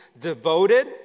Devoted